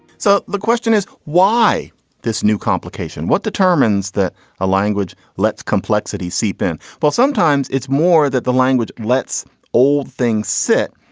so the question is why this new complication, what determines that a language lets complexity seep in? well, sometimes it's more that the language lets old thing sit.